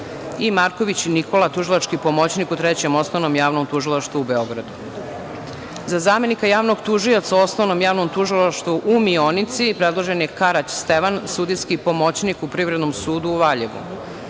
Marković Nikola, tužilački pomoćnik u Trećem osnovnom javnom tužilaštvu u Beogradu.Za zamenika javnog tužioca u Osnovnom javnom tužilaštvu u Mionici predložen je Karać Stevan, sudijski pomoćnik u Privrednom sudu u Valjevu.